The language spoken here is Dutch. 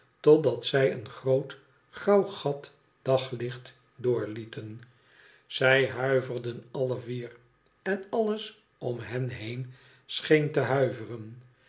totdat zij een een groot grauw gat daglicht doorlieten zij huiverden alle vier en alles om hen heen scheen te huiveren